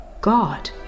God